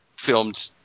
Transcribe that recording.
filmed